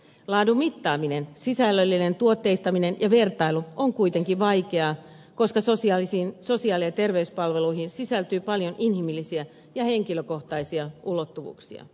laadun mittaaminen sisällöllinen tuotteistaminen ja vertailu on kuitenkin vaikeaa koska sosiaali ja terveyspalveluihin sisältyy paljon inhimillisiä ja henkilökohtaisia ulottuvuuksia